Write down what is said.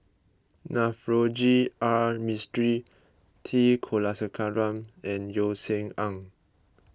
Navroji R Mistri T Kulasekaram and Yeo Seng Ah